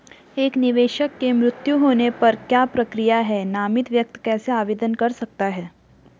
एक निवेशक के मृत्यु होने पर क्या प्रक्रिया है नामित व्यक्ति कैसे आवेदन कर सकता है?